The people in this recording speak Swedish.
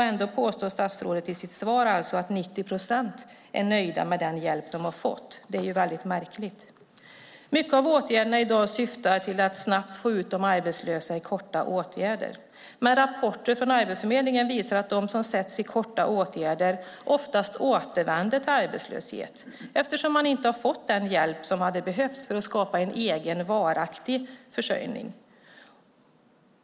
Ändå påstår statsrådet i sitt svar att 90 procent är nöjda med den hjälp de har fått. Det är väldigt märkligt. Många av åtgärderna i dag syftar till att snabbt få ut de arbetslösa i korta åtgärder. Men rapporter från Arbetsförmedlingen visar att de som sätts i korta åtgärder oftast återvänder till arbetslöshet, eftersom man inte har fått den hjälp som hade behövts för att skapa en egen, varaktig försörjning.